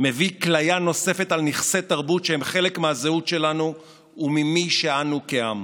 מביא כליה נוספת על נכסי תרבות שהם חלק מהזהות שלנו וממי שאנו כעם.